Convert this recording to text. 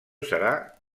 serà